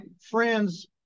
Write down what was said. friends